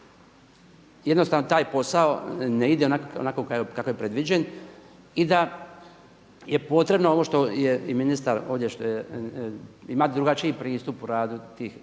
jednostavno taj posao ne ide onako kako je predviđen i da je potrebno ovo što je i ministar ovdje što ima drugačiji pristup u radu tih.